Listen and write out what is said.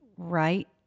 Right